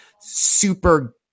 super